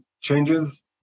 changes